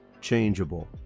changeable